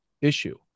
issue